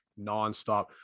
nonstop